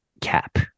cap